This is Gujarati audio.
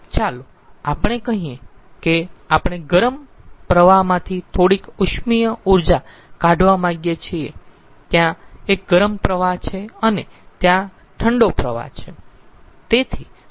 ચાલો આપણે કહીયે કે આપણે ગરમ પ્રવાહમાંથી થોડીક ઉષ્મીય ઊર્જા કાઢવા માંગીયે છીએ ત્યાં એક ગરમ પ્રવાહ છે અને ત્યાં ઠંડો પ્રવાહ છે